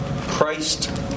Christ